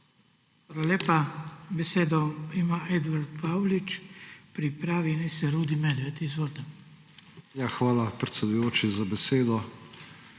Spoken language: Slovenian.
Hvala, predsedujoči, za besedo.